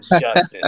justice